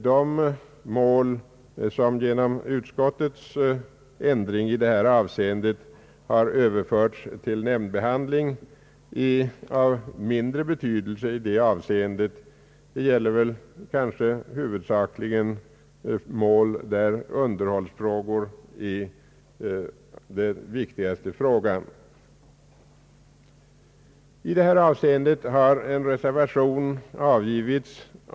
De mål som genom utskottets ändring i detta avseende har överförts till nämndbehandling är av mindre betydelse i det sammanhanget — det gäller kanske huvudsakligen mål där det endast gäller underhållsfrågor. I detta avseende har två reservationer avgivits.